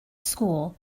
school